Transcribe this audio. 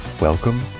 Welcome